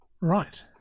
Right